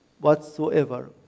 whatsoever